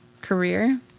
career